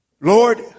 Lord